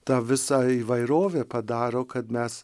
tą visą įvairovę padaro kad mes